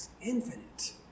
Infinite